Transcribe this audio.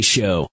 Show